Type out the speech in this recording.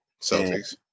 Celtics